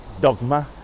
dogma